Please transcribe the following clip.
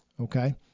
Okay